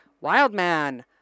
Wildman